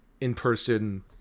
in-person